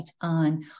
on